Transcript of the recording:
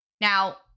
Now